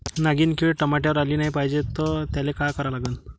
नागिन किड टमाट्यावर आली नाही पाहिजे त्याले काय करा लागन?